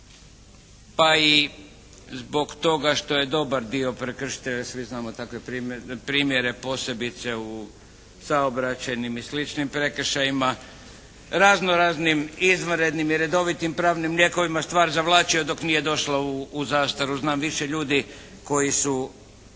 Pa i zbog toga što je dobar dio prekršitelja, svi znamo takve primjere, posebice u saobraćajnim i sličnim prekršajima, razno raznim izvanrednim i redovitim pravnim lijekovima stvar zavlače dok nije došla u zastaru. Znam više ljudi koji su